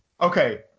Okay